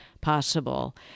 possible